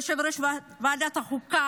אדוני היושב-ראש,